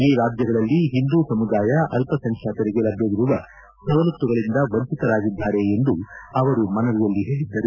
ಈ ರಾಜ್ಞಗಳಲ್ಲಿ ಹಿಂದೂ ಸಮುದಾಯ ಅಲ್ಲಸಂಖ್ಯಾತರಿಗೆ ಲಭ್ಯವಿರುವ ಸವಲತ್ತುಗಳಿಂದ ವಂಚಿತರಾಗಿದ್ದಾರೆ ಎಂದೂ ಅವರು ಮನವಿಯಲ್ಲಿ ತಿಳಿಸಿದ್ದರು